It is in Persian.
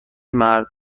مرد